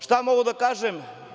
Šta mogu da kažem?